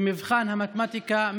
במבחן המתמטיקה,